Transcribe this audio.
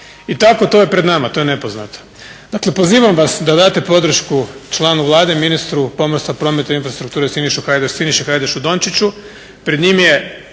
I tako to je pred nama, to je nepoznato. Dakle, pozivam vas da date podršku članu Vlade, ministru pomorstva, prometa i infrastrukture Siniši Hajdašu Dončiću.